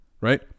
right